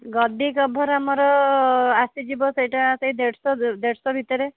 ଗଦି କଭର ଆମର ଆସିଯିବ ସେଇଟା ସେଇ ଦେଢ଼ ଶହ ଦେଢ଼ ଶହ ଭିତରେ